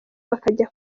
bakajya